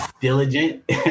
diligent